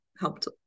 helped